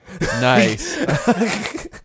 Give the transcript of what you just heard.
Nice